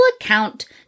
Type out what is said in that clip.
account